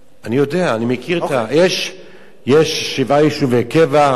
אני יודע, אני מכיר יש שבעה יישובי קבע,